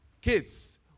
Kids